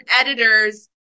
editors